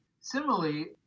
Similarly